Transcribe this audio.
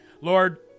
Lord